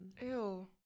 Ew